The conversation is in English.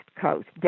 Coast